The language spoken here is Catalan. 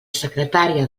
secretària